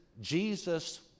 Jesus